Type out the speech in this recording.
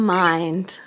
mind